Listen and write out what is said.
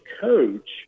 coach